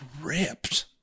ripped